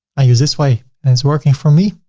i use this way and it's working for me.